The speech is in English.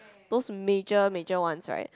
those major major ones right